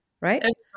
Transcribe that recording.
Right